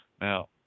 Now